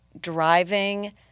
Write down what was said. driving